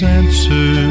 answer